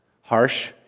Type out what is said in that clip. harsh